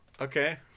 Okay